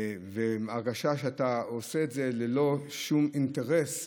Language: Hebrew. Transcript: ההרגשה הייתה שאתה עושה את זה ללא שום אינטרס,